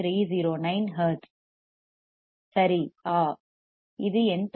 309 hertz சரி ஆம் இது என் தவறு